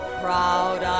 proud